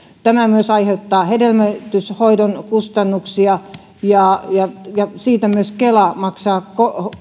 aiheuttaa myös hedelmöityshoidon kustannuksia ja ja siitä myös kela maksaa